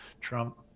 Trump